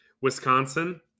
Wisconsin